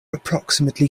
approximately